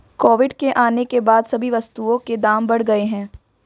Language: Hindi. कोविड के आने के बाद सभी वस्तुओं के दाम बढ़ गए हैं